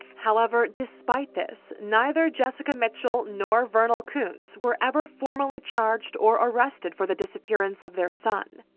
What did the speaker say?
however, despite this, neither jessica mitchell nor vernal kunz were ever formally charged or arrested for the disappearance of their son.